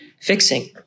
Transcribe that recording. fixing